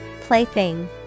Plaything